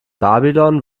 babylon